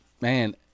Man